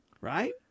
Right